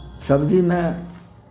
सब्जीमे